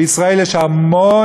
בישראל יש המון,